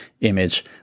image